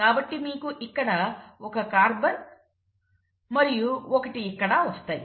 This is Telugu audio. కాబట్టి మీకు ఇక్కడ ఒక కార్బన్ మరియు ఒకటి ఇక్కడ వస్తాయి